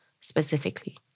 specifically